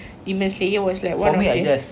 demon slayer was like one way of my